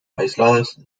aisladas